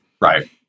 Right